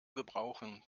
gebrauchen